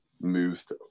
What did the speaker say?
moved